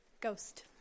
Ghost